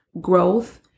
growth